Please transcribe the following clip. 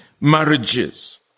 marriages